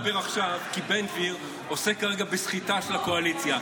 אתה מדבר עכשיו כי בן גביר עוסק כרגע בסחיטה של הקואליציה.